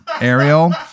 Ariel